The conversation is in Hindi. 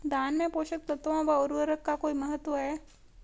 धान में पोषक तत्वों व उर्वरक का कोई महत्व है?